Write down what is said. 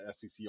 SEC